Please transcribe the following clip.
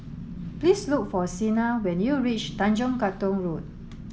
please look for Sina when you reach Tanjong Katong Road